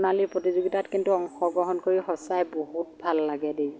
ৰন্ধন প্ৰণালী প্ৰতিযোগিতাত কিন্তু অংশগ্ৰহণ কৰি সঁচাই বহুত ভাল লাগে দেই